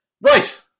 Right